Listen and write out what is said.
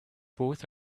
both